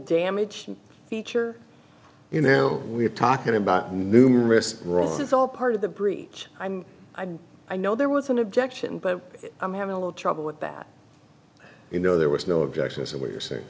damaged feature you now we're talking about numerous roles it's all part of the breach i mean i know there was an objection but i'm having a little trouble with that you know there was no objection is that what you're saying